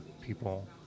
people